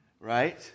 right